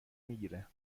میگیره